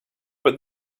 but